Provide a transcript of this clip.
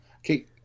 okay